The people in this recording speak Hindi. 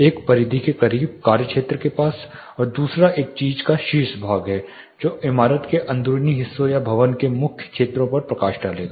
एक परिधि के करीब कार्य क्षेत्र के पास और दूसरा एक चीज का शीर्ष भाग है जो इमारत के अंदरूनी हिस्सों या भवन के मुख्य क्षेत्रों पर प्रकाश डालेगा